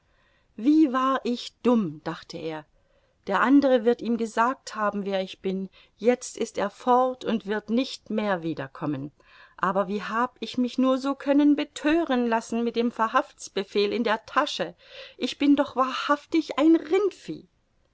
wie war ich dumm dachte er der andere wird ihm gesagt haben wer ich bin jetzt ist er fort und wird nicht mehr wiederkommen aber wie hab ich mich nur so können bethören lassen mit dem verhaftsbefehl in der tasche ich bin doch wahrhaftig ein rindvieh